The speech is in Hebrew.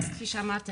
אז כפי שאמרתי,